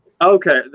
Okay